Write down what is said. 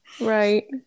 Right